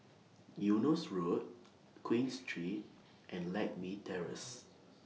Eunos Road Queen Street and Lakme Terrace